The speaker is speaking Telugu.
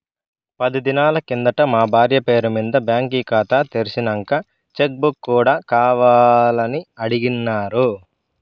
పది దినాలు కిందట మా బార్య పేరు మింద బాంకీ కాతా తెర్సినంక చెక్ బుక్ కూడా కావాలని అడిగిన్నాను